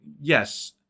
yes